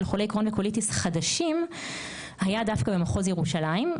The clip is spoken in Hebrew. חולי קרוהן וקוליטיס חדשים היה דווקא במחוז ירושלים.